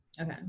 okay